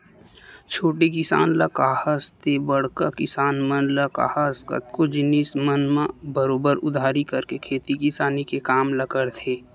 छोटे किसान ल काहस ते बड़का किसान मन ल काहस कतको जिनिस मन म बरोबर उधारी करके खेती किसानी के काम ल करथे